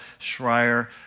Schreier